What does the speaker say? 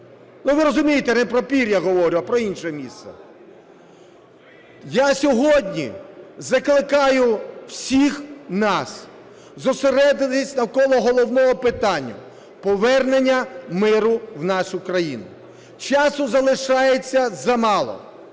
Ви розумієте, я не про пір'я говорю, а про інше місце. Я сьогодні закликаю всіх нас зосередитися навколо головного питання – повернення миру в нашу країну. Часу залишається замало.